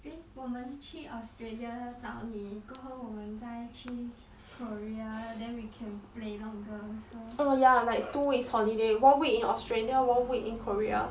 eh 我们去 australia 找你过后我们再去 korea then we can play longer so